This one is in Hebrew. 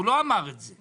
הוא לא אמר את זה.